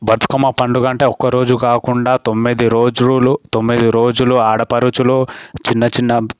బతుకమ్మ పండగంటే ఒక్క రోజు కాకుండా తొమ్మిది రోజులు తొమ్మిది రోజులు ఆడపడుచులు చిన్న చిన్న